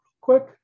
quick